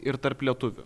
ir tarp lietuvių